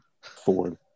Ford